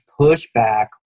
pushback